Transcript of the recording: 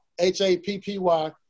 H-A-P-P-Y